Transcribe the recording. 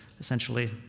essentially